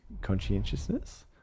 conscientiousness